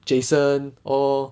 jason all